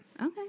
Okay